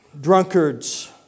Drunkards